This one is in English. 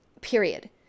period